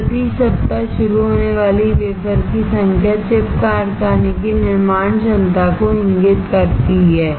तो प्रति सप्ताह शुरू होने वाली वेफर की संख्या चिप कारखाने की निर्माण क्षमता को इंगित करती है